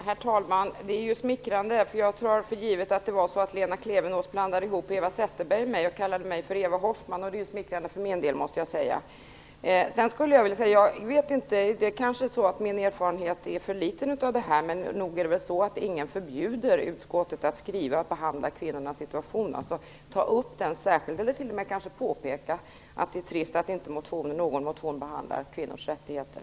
Herr talman! Jag tar för givet att Lena Klevenås blandade ihop Eva Zetterberg med mig när hon kallade mig Eva Hoffmann. Jag måste säga att det är smickrande för mig. Kanske är min erfarenhet av detta för liten, men inte är det väl så att någon förbjuder utskottet att i sin skrivning behandla kvinnornas situation genom att ta upp den särskilt eller kanske t.o.m. påpeka att det är trist att inte någon motion behandlar kvinnors rättigheter.